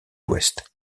ouest